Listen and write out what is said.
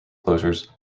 closures